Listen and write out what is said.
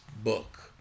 book